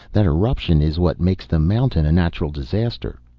that eruption is what makes the mountain a natural disaster.